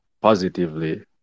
positively